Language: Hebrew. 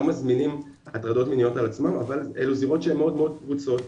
מזמינים הטרדות מיניות על עצמם אבל אלה זירות שמאוד פרוצות,